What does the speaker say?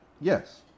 Yes